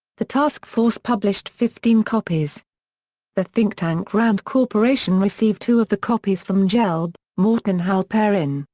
the task force published fifteen copies the think-tank rand corp received two of the copies from gelb, morton halperin,